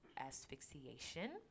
asphyxiation